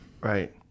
Right